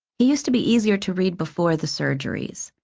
he used to be easier to read before the surgeries.